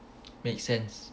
make sense